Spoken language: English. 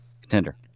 contender